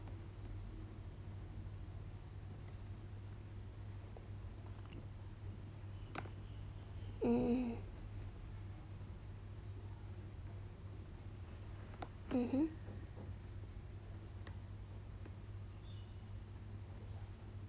mm mmhmm